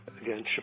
Again